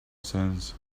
sense